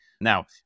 Now